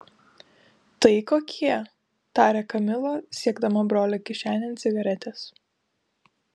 tai kokie tarė kamila siekdama brolio kišenėn cigaretės